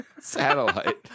satellite